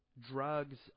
drugs